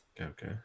Okay